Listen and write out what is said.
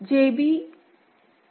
JB X